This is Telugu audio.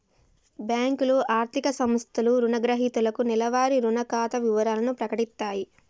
బ్యేంకులు, ఆర్థిక సంస్థలు రుణగ్రహీతలకు నెలవారీ రుణ ఖాతా వివరాలను ప్రకటిత్తయి